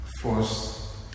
force